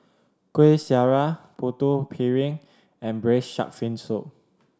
Kuih Syara Putu Piring and Braised Shark Fin Soup